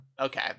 Okay